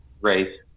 race